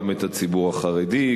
גם את הציבור החרדי,